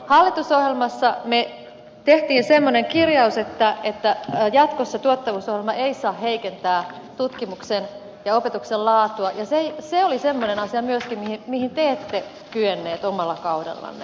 hallitusohjelmassa me teimme semmoisen kir jauksen että jatkossa tuottavuusohjelma ei saa heikentää tutkimuksen ja opetuksen laatua ja se oli semmoinen asia myöskin mihin te ette kyenneet omalla kaudellanne